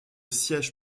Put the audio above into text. sièges